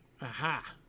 Aha